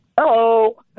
Hello